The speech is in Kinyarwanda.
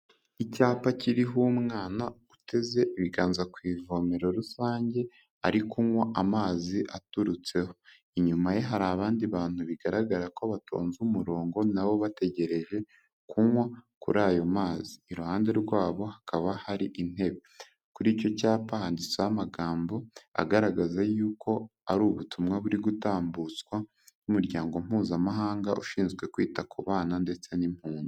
Icyapa kiriho umwana uteze ibiganza ku ivomero rusange ari kunywa amazi aturutseho. Inyuma ye hari abandi bantu bigaragara ko batonze umurongo na bo bategereje kunywa kuri ayo mazi. Iruhande rwabo hakaba hari intebe. Kuri icyo cyapa handitseho amagambo agaragaza yuko ari ubutumwa buri gutambutswa n'umuryango Mpuzamahanga ushinzwe kwita ku bana ndetse n'impunzi.